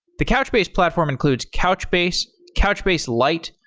the couchbase platform includes couchbase, couchbase lite,